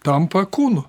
tampa kūnu